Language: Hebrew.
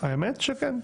האמת שכן,